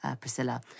Priscilla